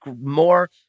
more